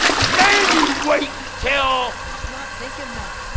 man you wait until! he's not thinking that.